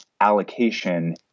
allocation